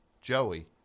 Joey